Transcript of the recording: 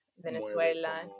Venezuela